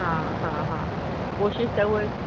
हा हा हा कोशिशि त हूअ